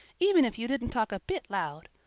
even if you didn't talk a bit loud.